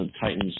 titans